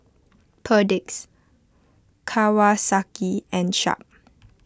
Perdix Kawasaki and Sharp